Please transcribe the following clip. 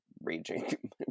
raging